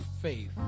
faith